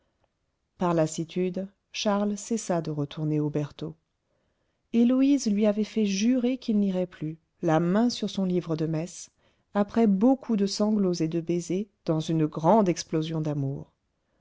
par lassitude charles cessa de retourner aux bertaux héloïse lui avait fait jurer qu'il n'irait plus la main sur son livre de messe après beaucoup de sanglots et de baisers dans une grande explosion d'amour